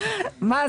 זה